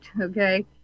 okay